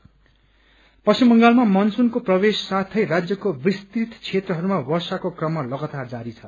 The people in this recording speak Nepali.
मनसून सेन पश्चिम बंगालमा मनसूनको प्रवेश साथे राज्यको विस्तृत क्षेत्रहरूमा वर्षाच्रो क्रम लगातार जारी छ